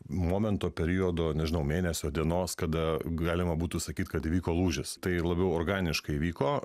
momento periodo nežinau mėnesio dienos kada galima būtų sakyt kad įvyko lūžis tai labiau organiškai vyko